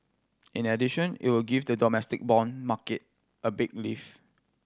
in addition it will give the domestic bond market a big lift